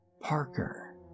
Parker